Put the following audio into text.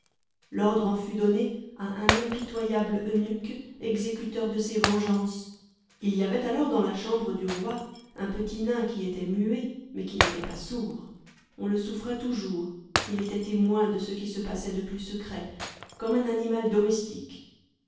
l'ordre en fut donné à un impitoyable eunuque exécuteur de ses vengeances il y avait alors dans la chambre du roi un petit nain qui était muet mais qui n'était pas sourd on le souffrait toujours il était témoin de ce qui se passait de plus secret comme un animal domestique